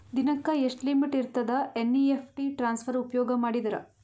ದಿನಕ್ಕ ಎಷ್ಟ ಲಿಮಿಟ್ ಇರತದ ಎನ್.ಇ.ಎಫ್.ಟಿ ಟ್ರಾನ್ಸಫರ್ ಉಪಯೋಗ ಮಾಡಿದರ?